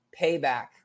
payback